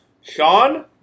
Sean